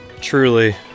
truly